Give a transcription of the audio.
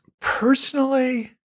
Personally